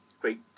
great